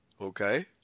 Okay